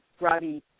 Robbie